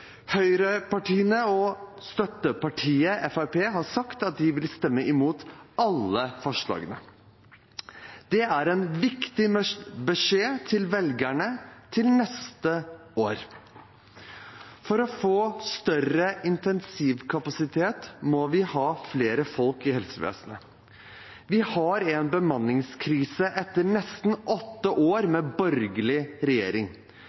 Høyrepartiene og støttepartiet Fremskrittspartiet har sagt at de vil stemme imot alle forslagene. Det er en viktig beskjed til velgerne til neste år. For å få større intensivkapasitet må vi ha flere folk i helsevesenet. Vi har en bemanningskrise etter nesten åtte år med borgerlig regjering.